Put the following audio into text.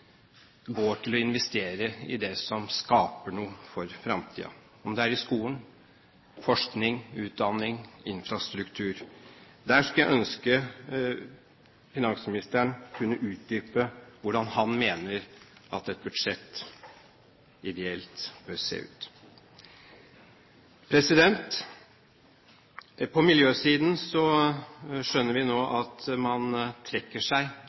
i det som skaper noe for fremtiden – enten det er i skolen, til forskning, til utdanning, til infrastruktur? Der skulle jeg ønske at finansministeren kunne utdype hvordan han mener at et budsjett ideelt sett bør se ut. På miljøsiden skjønner vi nå at man i grunnen trekker seg